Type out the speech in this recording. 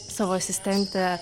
savo asistente